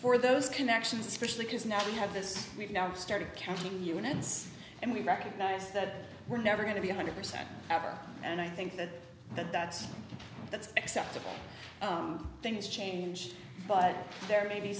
for those connections especially because now we have this we've now started counting units and we recognize that we're never going to be a hundred percent ever and i think that that's that's acceptable things change but there may be